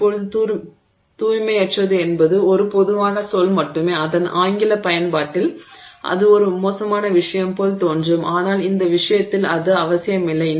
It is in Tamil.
இப்போது தூய்மையற்றது என்பது ஒரு பொதுவான சொல் மட்டுமே அதன் ஆங்கில பயன்பாட்டில் இது ஒரு மோசமான விஷயம் போல் தோன்றும் ஆனால் இந்த விஷயத்தில் அது அவசியமில்லை